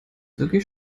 wirklich